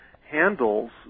handles